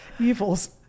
Evils